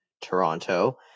Toronto